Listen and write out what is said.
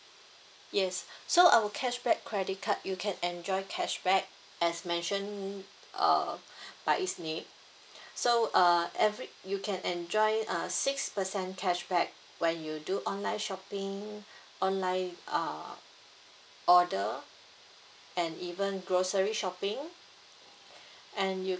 yes so our cashback credit card you can enjoy cashback as mentioned err by it's name so uh every you can enjoy uh six percent cashback when you do online shopping online uh order and even grocery shopping and you